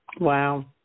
Wow